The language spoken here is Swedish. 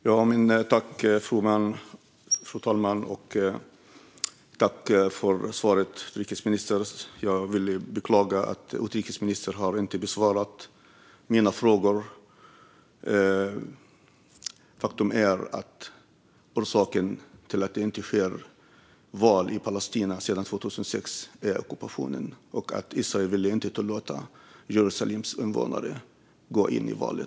Fru talman! Jag tackar utrikesministern för svaret. Jag beklagar dock att utrikesministern inte har besvarat mina frågor. Faktum är att ockupationen är orsaken till att det sedan 2006 inte genomförs val i Palestina. Israel vill inte tillåta Jerusalems invånare att delta i valet.